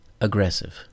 Aggressive